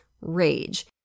rage